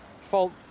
fault